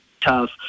tough